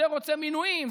זה רוצה מינויים,